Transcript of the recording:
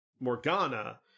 Morgana